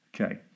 Okay